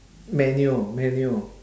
manual manual